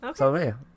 Okay